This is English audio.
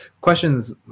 questions